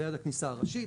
ליד הכניסה הראשית,